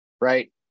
right